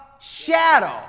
shadow